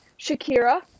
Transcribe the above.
Shakira